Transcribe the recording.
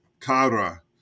kara